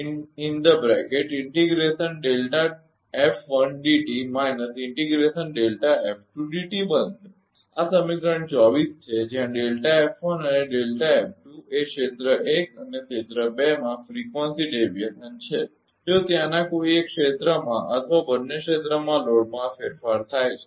તેથી તે બનશે આ સમીકરણ 24 છે જ્યાં અને એ ક્ષેત્ર 1 અને ક્ષેત્ર 2 માં ફ્રીકવંસી ડેવીએશન છે જો ત્યાંના કોઇ એક ક્ષેત્રમાં અથવા બંને ક્ષેત્રમાં લોડમાં ફેરફાર થાય છે